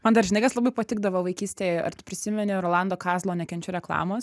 man dar žinai kas labai patikdavo vaikystėj ar prisimeni rolando kazlo nekenčiu reklamos